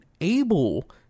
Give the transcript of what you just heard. able